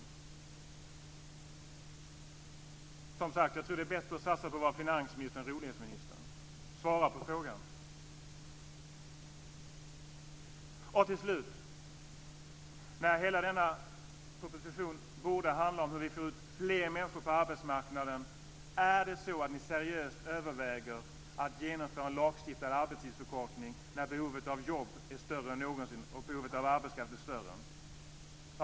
Jag tror som sagt att det är bättre att satsa på att vara finansminister än rolighetsminister. Svara på frågan! Till slut vill jag säga att hela denna proposition borde handla om hur vi får ut fler människor på arbetsmarknaden. Är det så att ni seriöst överväger att genomföra lagstiftad arbetstidsförkortning när behovet av jobb och arbetskraft är större än någonsin?